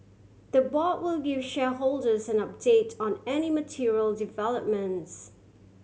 the board will give shareholders an update on any material developments